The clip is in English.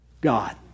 God